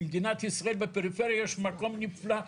במדינת ישראל בפריפריה יש מקום נפלא,